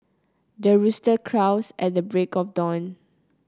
the rooster crows at the break of dawn